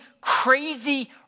crazy